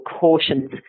cautions